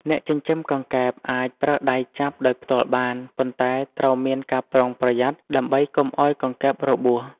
អ្នកចិញ្ចឹមកង្កែបអាចប្រើដៃចាប់ដោយផ្ទាល់បាន ប៉ុន្តែត្រូវមានការប្រុងប្រយ័ត្នដើម្បីកុំឲ្យកង្កែបរបួស។